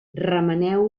remeneu